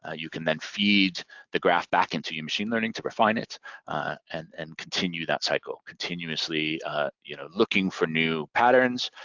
ah you can then feed the graph back into your machine learning to refine it and and continue that cycle. continuously you know looking for new patterns,